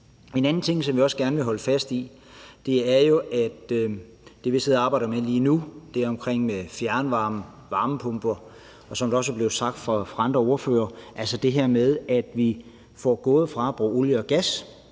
En anden ting, som vi også gerne vil holde fast i, og som vi sidder og arbejder med lige nu, er det, der handler om fjernvarme og varmepumper. Og som det også er blevet sagt af andre ordførere, handler det jo om, at vi går fra at bruge olie og gas